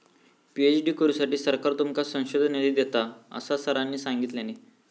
PhD करुसाठी सरकार तुमका संशोधन निधी देता, असा सरांनी सांगल्यानी